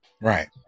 Right